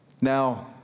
Now